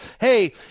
hey